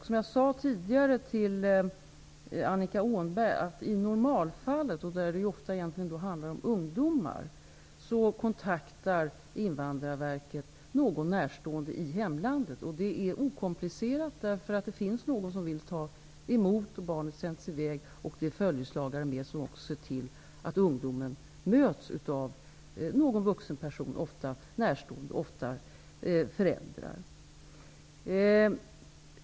Som jag sade tidigare till Annika Åhnberg kontaktar Invandrarverket i normalfallet -- och då handlar det ofta om ungdomar -- någon närstående i hemlandet. Det är okomplicerat, därför att det finns någon som vill ta emot barnet när det sänts i väg. Följeslagare ser till att ungdomar möts av en vuxen person -- ofta en närstående, och då mestadels föräldrar.